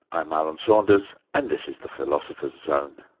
i'm alan saunders and this is the philosopher's zone.